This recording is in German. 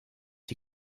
die